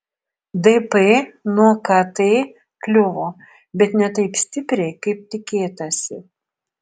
dp nuo kt kliuvo bet ne taip stipriai kaip tikėtasi